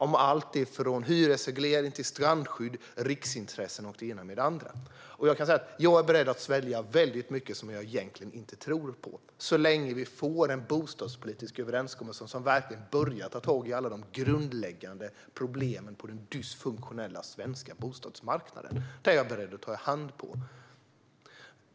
Det gäller alltifrån hyresreglering till strandskydd, riksintressen och det ena med det andra. Jag är beredd att svälja väldigt mycket som jag egentligen inte tror på så länge vi får en bostadspolitisk överenskommelse som verkligen börjar ta tag i alla de grundläggande problemen på den dysfunktionella svenska bostadsmarknaden. Det är jag beredd att ta i hand på.